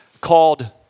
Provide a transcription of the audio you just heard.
called